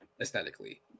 aesthetically